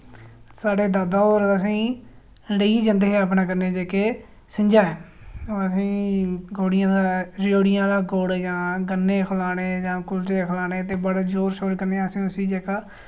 साढ़े दादा होर असें ई लेइयै जंदे हे अपने कन्नै जेह्के सिंझा ओ असें ई गोड़ियें दा रेओड़ियें आह्ला गुड़ जां गन्ने खलाने जां कुलचे खलाने ते बड़े जोर शोर कन्नै असें उस्सी जेह्का